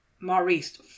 maurice